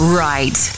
right